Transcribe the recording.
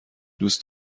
دوست